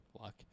Luck